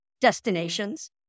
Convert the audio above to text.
destinations